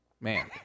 Man